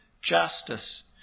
justice